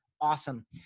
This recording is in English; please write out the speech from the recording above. awesome